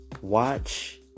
watch